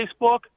Facebook